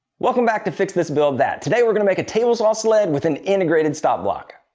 welcome back to fix this build that. today we're gonna make a table saw sled with an integrated stop block.